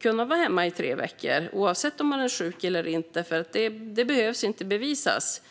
kunna vara hemma i tre veckor, oavsett om man är sjuk eller inte. Det behöver inte bevisas.